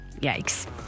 Yikes